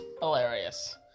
hilarious